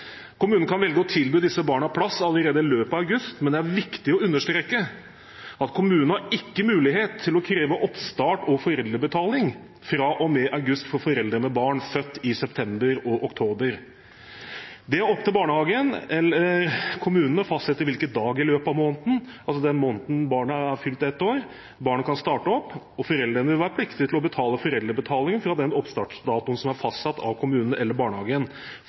Kommunen kan velge å tilby disse barna plass allerede i løpet av august, men det er viktig å understreke at kommunen ikke har mulighet til å kreve oppstart og kreve foreldrebetaling fra og med august av foreldre med barn født i september eller oktober. Det er opp til barnehagen eller kommunen å fastsette hvilken dag i løpet av måneden – altså den måneden barnet fyller ett år – barnet kan starte, og foreldrene vil være pliktige til å betale foreldrebetaling fra den oppstartsdatoen som er fastsatt av kommunen eller barnehagen,